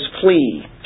flee